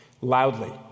loudly